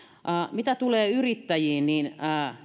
mitä tulee yrittäjiin